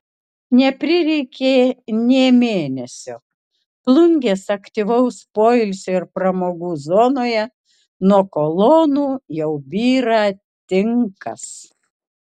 neprireikė nė mėnesio plungės aktyvaus poilsio ir pramogų zonoje nuo kolonų jau byra tinkas